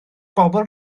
bobl